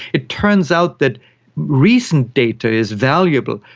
it turns out that recent data is valuable,